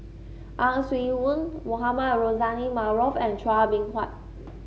Ang Swee Aun Mohamed Rozani Maarof and Chua Beng Huat